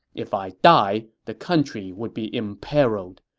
if i die, the country would be imperiled.